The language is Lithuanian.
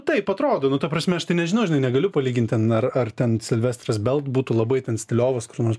taip atrodo nu ta prasme aš tai nežinau žinai negaliu palyginti na ar ten silvestras bent būtų labai ten stiliovas kur nors